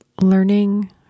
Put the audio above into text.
learning